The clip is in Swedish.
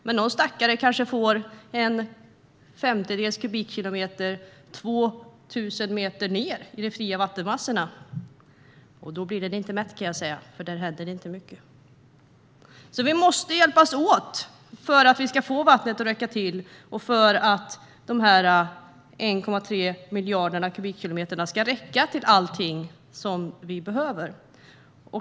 Men någon stackare kanske får en femtedels kubikkilometer 2 000 meter ned i de fria vattenmassorna. Då blir den personen inte mätt, kan jag säga, för där händer inte mycket. Vi måste alltså hjälpas åt för att vi ska få vattnet att räcka till och för att de 1,3 miljarder kubikkilometerna vatten ska räcka till allting som vi behöver.